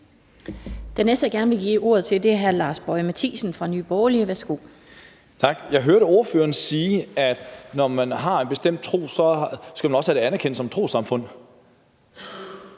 Den næste, jeg gerne vil give ordet, er hr. Lars Boje Mathiesen fra Nye Borgerlige. Værsgo. Kl. 13:07 Lars Boje Mathiesen (NB): Tak. Jeg hørte ordføreren sige, at når man har en bestemt tro, skal man også have den anerkendt som et trossamfund.